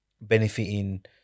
benefiting